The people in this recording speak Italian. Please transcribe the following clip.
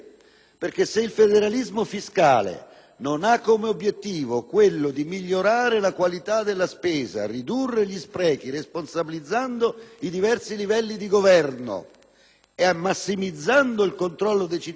ha come obiettivo quello di migliorare la qualità della spesa, ridurre gli sprechi responsabilizzando i diversi livelli di Governo e massimizzando il controllo dei cittadini, cioè la democrazia,